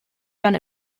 done